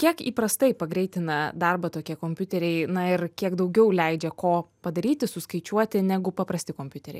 kiek įprastai pagreitina darbą tokie kompiuteriai na ir kiek daugiau leidžia ko padaryti suskaičiuoti negu paprasti kompiuteriai